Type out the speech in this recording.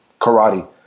karate